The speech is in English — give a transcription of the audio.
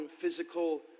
physical